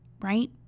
right